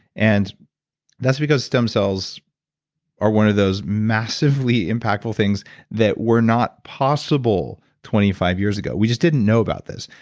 and that's because stem cells are one of those massively impactful things that were not possible twenty five years ago. we just didn't know about this.